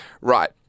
right